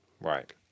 Right